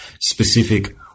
specific